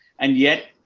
and yet,